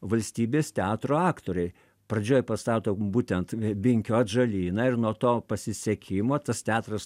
valstybės teatro aktoriai pradžioj pastato būtent binkio atžalyną ir nuo to pasisekimo tas teatras